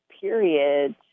period